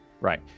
Right